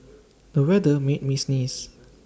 the weather made me sneeze